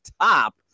top